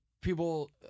people